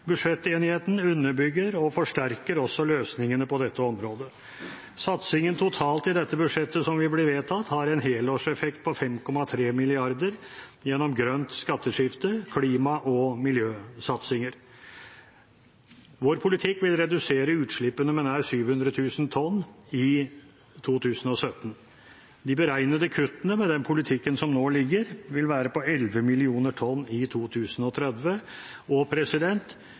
Budsjettenigheten underbygger og forsterker også løsningene på dette området. Satsingen totalt i det budsjettet som vil bli vedtatt, har en helårseffekt på 5,3 mrd. kr gjennom grønt skatteskifte, klima- og miljøsatsinger. Vår politikk vil redusere utslippene med nær 700 000 tonn i 2017. De beregnede kuttene, med den politikken som nå ligger, vil være på 11 millioner tonn i 2030 – og